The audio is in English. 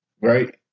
Right